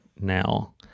now